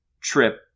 trip